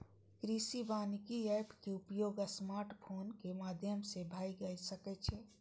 कृषि वानिकी एप के उपयोग स्मार्टफोनक माध्यम सं भए सकै छै